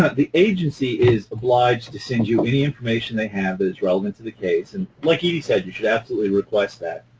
the agency is obliged to send you any information they have that is relevant to the case. and like edie said, you should absolutely request that.